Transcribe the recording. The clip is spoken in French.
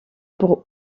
pour